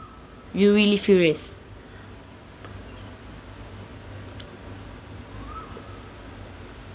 you really furious